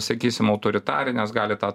sakysim autoritarinės gali tą